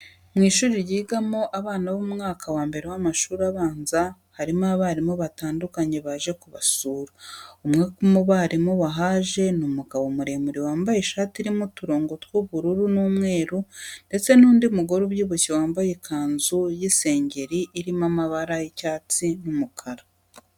Mu ishuri ryigamo abana bo mu mwaka wa mbere w'amashuri abanza harimo abarimu batandukanye baje kubasura. Umwe mu barimu wahaje ni umugabo muremure wambaye ishati irimo uturongo tw'ubururu n'umweru ndetse n'undi mugore ubyibushye wambaye ikanzu y'isengeri irimo amabara y'icyatsi n'umukara.